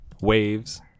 Waves